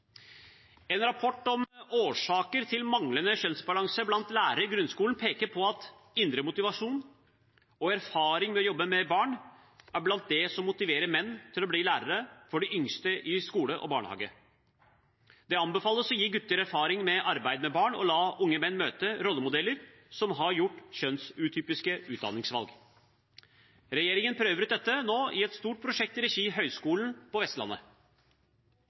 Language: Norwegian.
En rapport om årsaker til manglende kjønnsbalanse blant lærere i grunnskolen peker på at indre motivasjon og erfaring fra å jobbe med barn, er blant det som motiverer menn til å bli lærere for de yngste i skole og barnehage. Det anbefales å gi gutter erfaring med arbeid med barn og la unge menn møte rollemodeller som har gjort kjønnsatypiske utdanningsvalg. Regjeringen prøver ut dette nå i et stort prosjekt i regi av Høgskulen på Vestlandet.